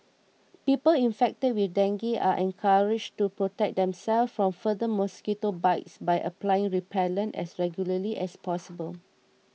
people infected with dengue are encouraged to protect themselves from further mosquito bites by applying repellent as regularly as possible